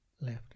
left